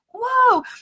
whoa